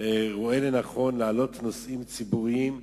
רואה לנכון להעלות נושאים ציבוריים,